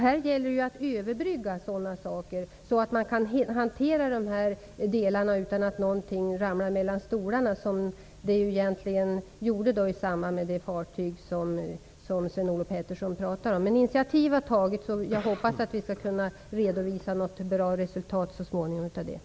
Det gäller att överbrygga så att man kan hantera dessa delar utan att någonting hamnar mellan stolarna, vilket inträffade i samband med den fartygsolycka som jag tror att Sven-Olof Petersson avser. Initiativ har tagits. Jag hoppas att vi så småningom skall kunna redovisa ett bra resultat av detta.